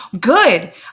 Good